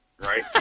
right